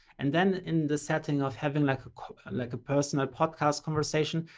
and then in the setting of having like a co, like a personal podcast conversation,